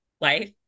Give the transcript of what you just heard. life